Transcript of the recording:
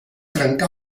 trencà